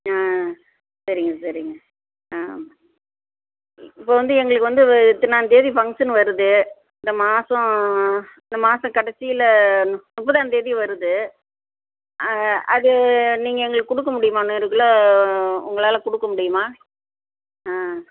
ஆ சரிங்க சரிங்க ஆ இப்போ வந்து எங்களுக்கு வந்து வ இத்தனாந்தேதி ஃபங்சன் வருது இந்த மாதம் இந்த மாதம் கடைசியில் முப்பதாம் தேதி வருது அது நீங்கள் எங்களுக்கு கொடுக்க முடியுமா நூறுக் கிலோ உங்களால் கொடுக்க முடியுமா ஆ